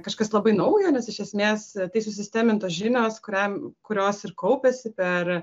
kažkas labai naujo nes iš esmės tai susistemintos žinios kuriam kurios ir kaupėsi per